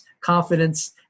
confidence